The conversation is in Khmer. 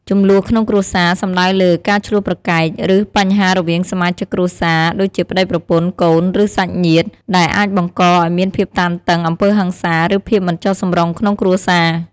ជម្លោះក្នុងគ្រួសារ សំដៅលើ ការឈ្លោះប្រកែក ឬបញ្ហារវាងសមាជិកគ្រួសារ ដូចជាប្តីប្រពន្ធ កូន ឬសាច់ញាតិ ដែលអាចបង្កឱ្យមានភាពតានតឹង អំពើហិង្សា ឬភាពមិនចុះសម្រុងក្នុងគ្រួសារ។